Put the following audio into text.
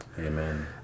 Amen